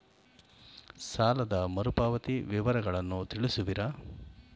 ಸಾಲದ ಮರುಪಾವತಿ ವಿವರಗಳನ್ನು ತಿಳಿಸುವಿರಾ?